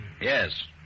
Yes